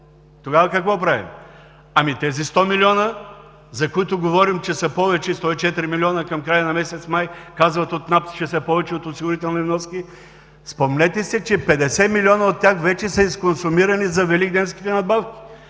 Тогава какво правим? Ами тези 100 милиона, за които говорим, че са повече – 104 милиона към края на месец май казват от НАП, че са повече от осигурителни вноски? Спомнете си, че 50 милиона от тях вече са изконсумирани за Великденските надбавки.